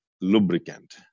lubricant